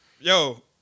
Yo